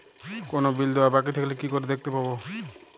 কোনো বিল দেওয়া বাকী থাকলে কি করে দেখতে পাবো?